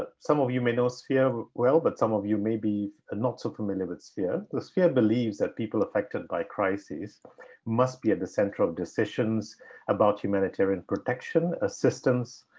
ah some of you may know sphere well, but some of you may be ah not so familiar with sphere. the sphere believes that people affected by crises must be at the center of decisions about humanitarian protection, assistance,